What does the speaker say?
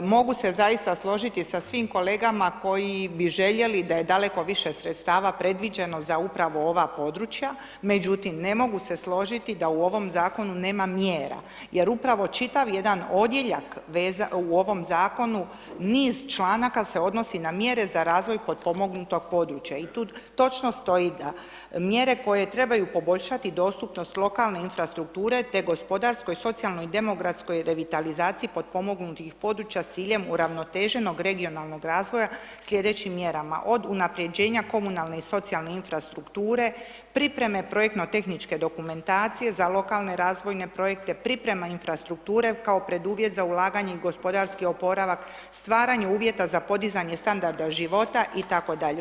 Mogu se zaista složiti sa svim kolegama koji bi željeli da je daleko više sredstava predviđeno za upravo ova područja, međutim ne mogu se složiti da u ovom zakonu nema mjera jer upravo čitav jedan odjeljak u ovom zakonu niz članaka se odnosi na mjere za razvoj potpomognutog područja i tu točno stoji da mjere koje trebaju poboljšati dostupnost lokalne infrastrukture te gospodarskoj, socijalnoj i demografskoj revitalizaciji potpomognutih područja s ciljem uravnoteženog regionalnog razvoja sljedećim mjerama od unapređenja komunalne i socijalne infrastrukture, pripreme projektno-tehničke dokumentacije za lokalne razvojne projekte, priprema infrastrukture kao preduvjet za ulaganje u gospodarski oporavak, stvaranje uvjeta za podizanje standarda života itd.